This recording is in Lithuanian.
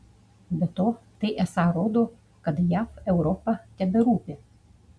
be to tai esą rodo kad jav europa teberūpi